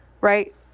right